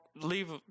leave